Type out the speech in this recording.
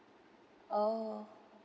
oh